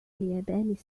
اليابان